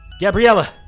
Gabriella